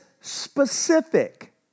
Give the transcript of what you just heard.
specific